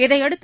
இதையடுத்து